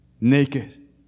Naked